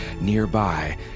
Nearby